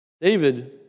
David